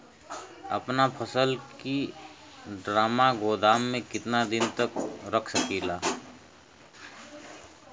अपना फसल की ड्रामा गोदाम में कितना दिन तक रख सकीला?